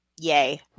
yay